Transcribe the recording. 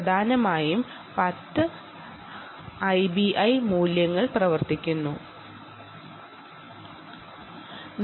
10 IBI വാല്യുകൾ നമുക്ക് ഇവിടെ മൊത്തത്തിൽ കിട്ടി